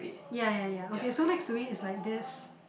ya ya ya okay so next to it is like this